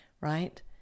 right